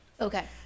okay